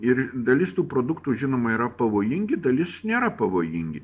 ir dalis tų produktų žinoma yra pavojingi dalis nėra pavojingi